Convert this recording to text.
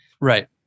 Right